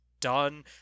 done